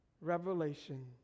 revelation